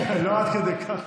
לא עד כדי כך.